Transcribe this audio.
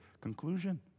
conclusion